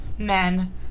Men